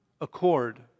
accord